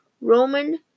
Roman